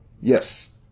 Yes